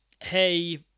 hey